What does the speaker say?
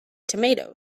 tomatoes